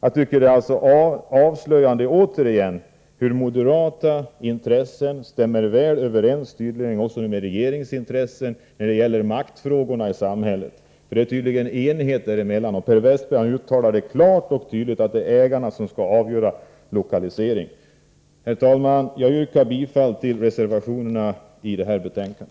Återigen framhåller jag att det är avslöjande hur väl moderata intressen tydligen stämmer överens även med regeringens intressen när det gäller maktfrågorna i samhället. För det är tydligen fråga om en enhet därvidlag. Per Westerberg uttalade klart och tydligt att det är ägarna som skall avgöra lokaliseringen. Herr talman! Jag yrkar bifall till vpk-reservationerna i detta betänkande.